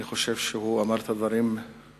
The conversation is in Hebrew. אני חושב שהוא אמר את הדברים גם